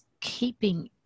keeping